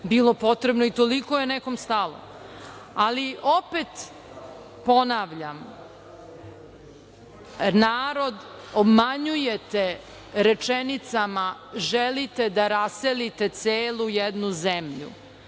bilo potrebno i toliko je nekom stalo? Ali, opet ponavljam, narod obmanjujete rečenicama - želite da raselite celu jednu zemlju.